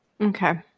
Okay